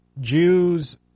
Jews